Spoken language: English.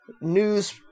news